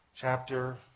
chapter